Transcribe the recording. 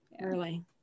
early